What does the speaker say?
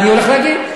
אני הולך להגיד.